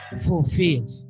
fulfilled